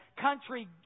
country